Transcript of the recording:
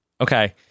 Okay